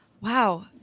Wow